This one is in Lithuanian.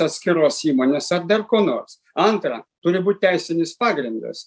atskiros įmonės ar dar ko nors antra turi būt teisinis pagrindas